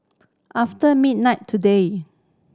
after midnight today